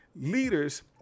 Leaders